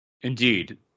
Indeed